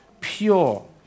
pure